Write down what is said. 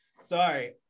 Sorry